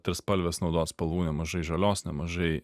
trispalvės naudot spalvų nemažai žalios nemažai